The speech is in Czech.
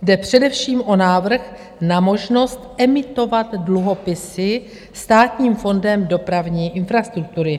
Jde především o návrh na možnost emitovat dluhopisy Státním fondem dopravní infrastruktury.